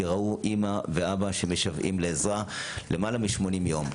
כי ראו אמא ואבא שמשוועים לעזרה למעלה משמונים יום.